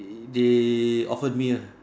they offered me